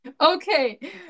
okay